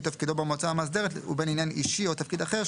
תפקידו במועצה המאסדרת ובין עניין אישי או תפקיד אחר,